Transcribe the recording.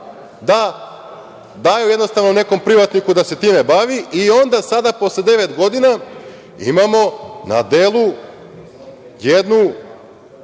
da daju jednostavno nekom privatniku da se time bavi i onda posle devet godina imamo na delu jednu